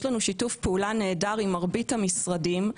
לנו שיתוף פעולה נהדר עם מרבית המשרדים.